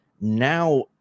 now